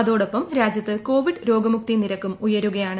അതോടൊപ്പം രാജ്യത്ത് കോവിഡ് രോഗമുക്തി നിരക്കും ഉയരുകയാണ്